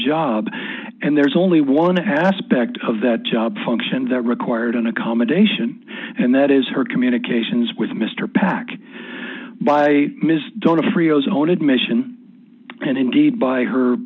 job and there's only one aspect of that job function that required an accommodation and that is her communications with mr pac by ms donofrio is own admission and indeed by her